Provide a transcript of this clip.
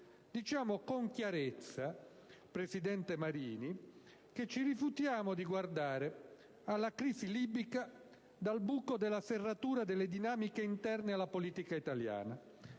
diciamo con chiarezza, presidente Marini, che ci rifiutiamo di guardare alla crisi libica dal buco della serratura delle dinamiche interne alla politica italiana,